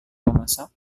memasak